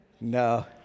No